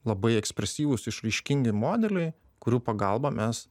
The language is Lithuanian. labai ekspresyvūs išraiškingi modeliai kurių pagalba mes